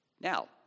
Now